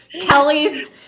Kelly's